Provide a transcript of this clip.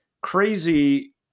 crazy